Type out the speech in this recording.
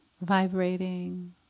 vibrating